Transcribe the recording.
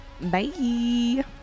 bye